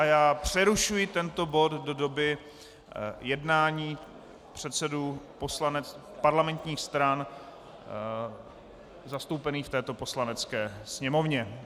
Já přerušuji tento bod do doby jednání předsedů parlamentních stran zastoupených v této Poslanecké sněmovně.